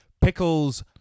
pickles